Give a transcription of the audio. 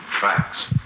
facts